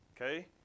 okay